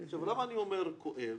למה אני אומר כואב?